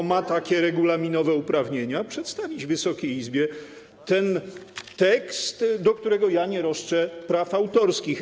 bo ma takie regulaminowe uprawnienia, przedstawić Wysokiej Izbie ten tekst, do którego ja nie roszczę sobie praw autorskich.